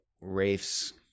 Rafe's